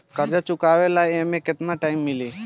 कर्जा चुकावे ला एमे केतना टाइम मिली?